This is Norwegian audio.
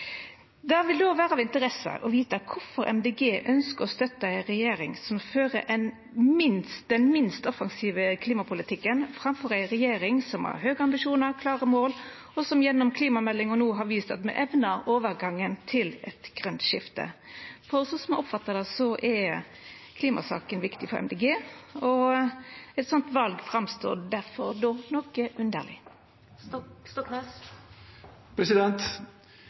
Då vil det vera av interesse å vita kvifor Miljøpartiet Dei Grøne ønskjer å støtta ei regjering som fører den minst offensive klimapolitikken, framfor ei regjering som har høge ambisjonar og klare mål, og som gjennom klimameldinga no har vist at me evnar overgangen til eit grønt skifte. For slik eg oppfattar det, er klimasaka viktig for Miljøpartiet Dei Grøne, og eit slikt val framstår difor noko underleg.